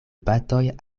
batoj